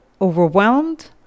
overwhelmed